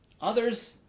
Others